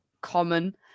common